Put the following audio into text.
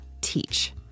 teach